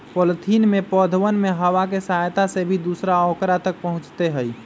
pollination में पौधवन में हवा के सहायता से भी दूसरा औकरा तक पहुंचते हई